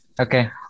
Okay